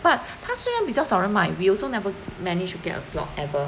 but 他虽然比较少人买 we also never managed to get a slot ever